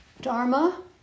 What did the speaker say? Dharma